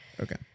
Okay